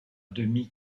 demi